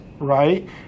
right